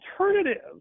alternative